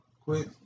Quit